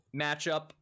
matchup